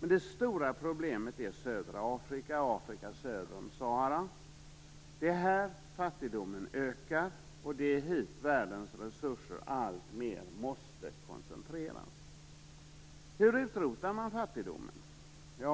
Men det stora problemet är södra Afrika, dvs. Afrika söder som Sahara. Det är här fattigdomen ökar, och det är hit världens resurser alltmer måste koncentreras. Hur utrotar man fattigdomen?